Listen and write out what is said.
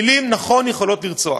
מילים, נכון, יכולות לרצוח.